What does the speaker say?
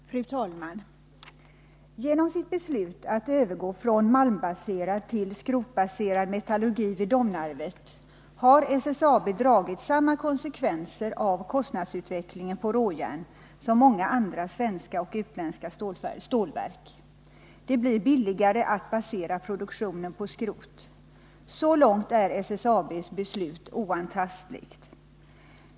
Fru talman! Genom sitt beslut att övergå från malmbaserad till skrotbaserad metallurgi vid Domnarvet har SSAB dragit samma konsekvenser av kostnadsutvecklingen på råjärn som många andra svenska och utländska stålverk; det blir billigare att basera produktionen på skrot. Så långt är SSAB:s beslut oantastligt.